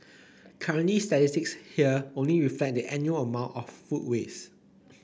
currently statistics here only reflect the annual amount of food waste